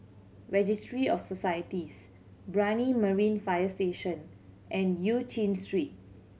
Registry of Societies Brani Marine Fire Station and Eu Chin Street